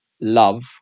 love